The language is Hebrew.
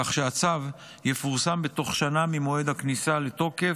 כך שהצו יפורסם בתוך שנה ממועד הכניסה לתוקף,